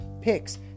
picks